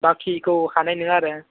बाखिखौ हानाय नङा आरो